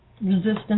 resistance